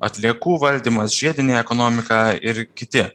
atliekų valdymas žiedinė ekonomika ir kiti